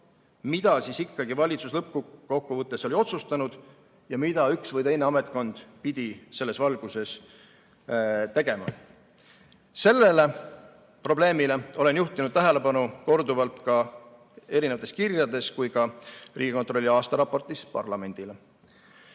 mida siis ikkagi valitsus lõppkokkuvõttes oli otsustanud ja mida üks või teine ametkond pidi selles valguses tegema. Sellele probleemile olen juhtinud tähelepanu korduvalt nii erinevates kirjades kui ka Riigikontrolli aastaraportis parlamendile.